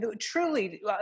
truly